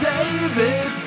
David